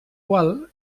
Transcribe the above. qual